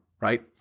Right